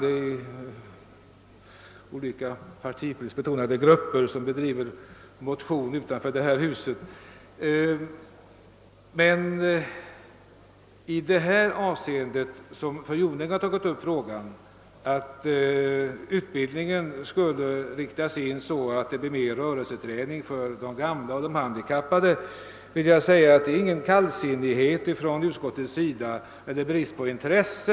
Grupper av olika partipolitisk färg bedriver ju motionsträning utanför detta hus. Fru Jonäng säger att utbildningen skall inriktas så att det blir mer rörelseträning för de gamla och handikappade. När utskottet avstyrkt fru Jonängs motion om tillsättande. av en utredning angående förbättrade möjligheter för åldringar och rörelsehindrade att erhålla rörelseträning, har detta inte skett av någon kallsinnighet eller brist på intresse.